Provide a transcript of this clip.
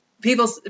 People